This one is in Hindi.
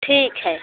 ठीक है